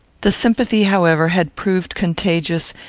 the sympathy, however, had proved contagious,